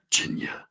Virginia